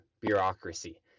bureaucracy